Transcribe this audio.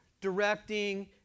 directing